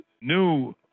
new